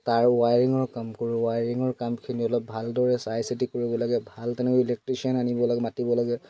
তাঁৰ ৱায়াৰিঙৰ কাম কৰোঁ ৱায়াৰিঙৰ কামখিনি অলপ ভালদৰে চাই চিতি কৰিব লাগে ভাল তেনে ইলেক্ট্ৰিচিয়ান আনিব লাগে মাতিব লাগে